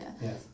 Yes